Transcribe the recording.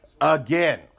again